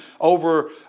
over